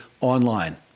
online